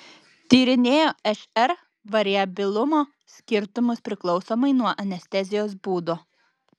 tyrinėjo šr variabilumo skirtumus priklausomai nuo anestezijos būdo